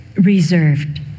reserved